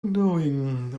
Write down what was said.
knowing